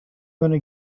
gonna